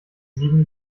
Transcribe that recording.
sieben